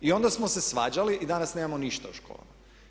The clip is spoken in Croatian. I onda smo se svađali i danas nemam ništa u školama.